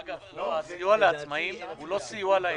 אגב, הסיוע לעצמאים הוא לא סיוע לעסק.